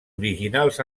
originals